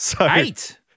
eight